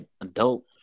adult